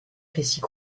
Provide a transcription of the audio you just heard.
récits